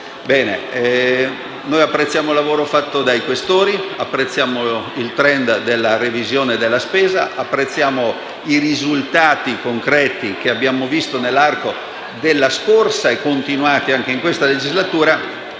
Bene, noi apprezziamo il lavoro fatto dai senatori Questori, apprezziamo il *trend* della revisione della spesa, apprezziamo i risultati concreti che abbiamo visto nell'arco della scorsa legislatura, continuati anche in questa legislatura.